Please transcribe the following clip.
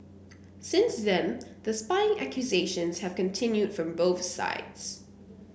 since then the spying accusations have continued from both sides